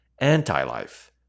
anti-life